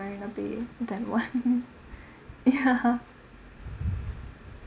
marina bay that [one] ya